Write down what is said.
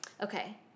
Okay